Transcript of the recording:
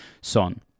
Son